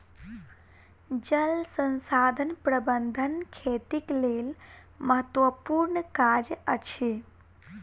जल संसाधन प्रबंधन खेतीक लेल महत्त्वपूर्ण काज अछि